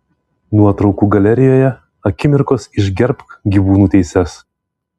nuotraukų galerijoje akimirkos iš gerbk gyvūnų teises